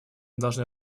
должны